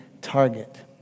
target